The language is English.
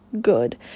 good